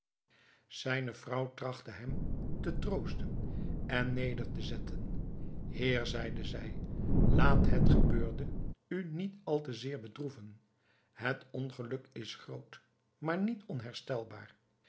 zijne vrouw trachtte hem te troosten en neder te zetten heer zeide zij laat het gebeurde u niet al te zeer bedroeven het ongeluk is groot maar niet onherstelbaar